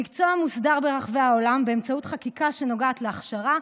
המקצוע מוסדר ברחבי העולם באמצעות חקיקה שנוגעת להכשרה,